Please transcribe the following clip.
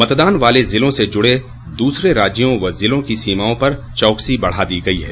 मतदान वाले जिलों से जुड़े दूसरे राज्यों व जिलों की सीमाओं पर चौकसी बढ़ा दी गयी है